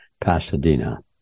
Pasadena